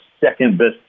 second-best